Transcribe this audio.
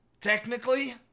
technically